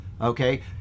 Okay